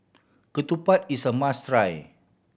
ketupat is a must try